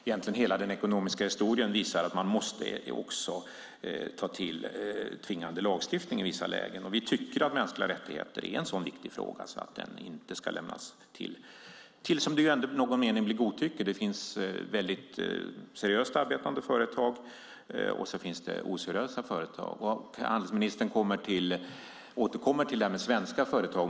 Egentligen hela den ekonomiska historien visar att man måste ta till tvingande lagstiftning i vissa lägen. Vi tycker att mänskliga rättigheter är en så viktig fråga att den inte ska lämnas till något som i någon mening blir godtycke. Det finns seriöst arbetande företag, och så finns det oseriösa företag. Handelsministern återkommer till svenska företag.